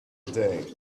day